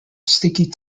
sticky